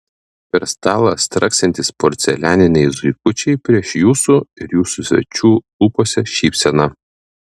per stalą straksintys porcelianiniai zuikučiai pieš jūsų ir jūsų svečių lūpose šypseną